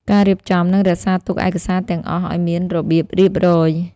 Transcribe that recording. ការរៀបចំ និងរក្សាទុកឯកសារទាំងអស់ឱ្យមានរបៀបរៀបរយ។